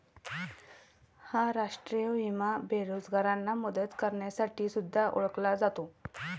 हा राष्ट्रीय विमा बेरोजगारांना मदत करण्यासाठी सुद्धा ओळखला जातो